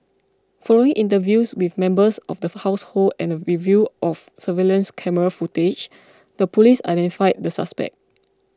following interviews with members of the for household and a review of surveillance camera footage the police identified the suspect